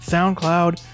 SoundCloud